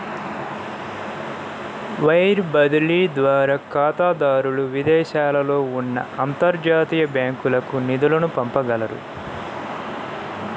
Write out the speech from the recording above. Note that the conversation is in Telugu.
వైర్ బదిలీ ద్వారా ఖాతాదారులు విదేశాలలో ఉన్న అంతర్జాతీయ బ్యాంకులకు నిధులను పంపగలరు